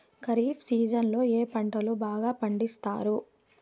ఖరీఫ్ సీజన్లలో ఏ పంటలు బాగా పండిస్తారు